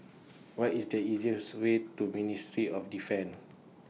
What IS The easiest Way to Ministry of Defence